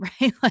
right